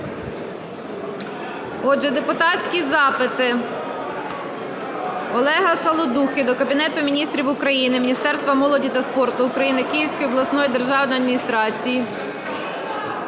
Отже, депутатські запити. Ольги Саладухи до Кабінету Міністрів, Міністерства молоді та спорту України, Київської обласної державної адміністрації…